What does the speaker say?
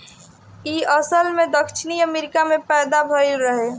इ असल में दक्षिण अमेरिका में पैदा भइल रहे